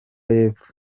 y’epfo